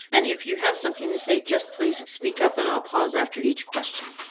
and if you have something to say just please speak up and i'll pause after each question.